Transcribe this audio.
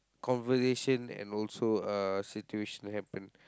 conversation and also uh situation happen